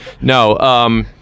No